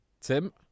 Tim